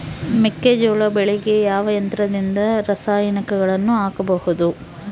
ಮೆಕ್ಕೆಜೋಳ ಬೆಳೆಗೆ ಯಾವ ಯಂತ್ರದಿಂದ ರಾಸಾಯನಿಕಗಳನ್ನು ಹಾಕಬಹುದು?